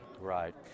right